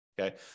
okay